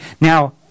Now